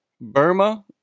Burma